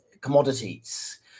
commodities